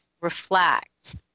reflect